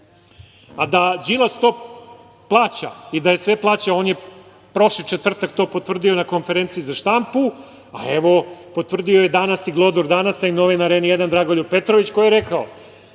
Da Đilas to plaća i da sve plaća, on je prošli četvrtak to potvrdio na konferenciji za štampu, a evo potvrdio je danas i glodar „Danasa“ i novinar „N1“ Dragoljub Petrović koji je rekao